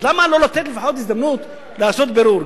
אז למה לא לתת לפחות הזדמנות לעשות בירור,